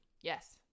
Yes